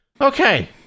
Okay